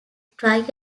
dry